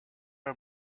our